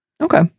Okay